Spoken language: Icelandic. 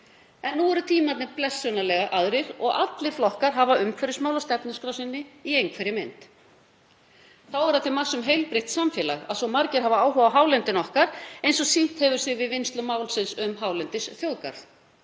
Nú eru tímarnir blessunarlega aðrir og allir flokkar hafa umhverfismál á stefnuskrá sinni í einhverri mynd. Þá er það til marks um heilbrigt samfélag að svo margir hafi áhuga á hálendinu okkar eins og hefur sýnt sig við vinnslu máls um hálendisþjóðgarð.